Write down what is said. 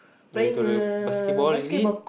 into the basketball is it